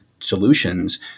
Solutions